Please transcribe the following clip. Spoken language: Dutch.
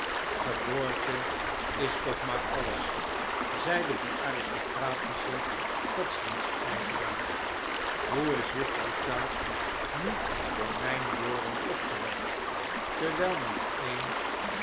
geboorte is toch maar alles zeide die aristocratische godsdienstijveraar hoe is juffrouw sharp niet door mijn woorden opgewekt terwijl niet een